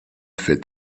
fait